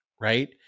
right